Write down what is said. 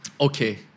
Okay